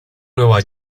nueva